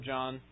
John